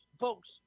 Folks